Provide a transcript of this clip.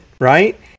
right